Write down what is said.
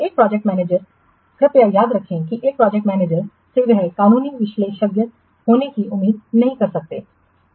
एक project manager कृपया याद रखें की एक प्रोजेक्ट मैनेजर से वह कानूनी विशेषज्ञ होने की उम्मीद नहीं कर सकता है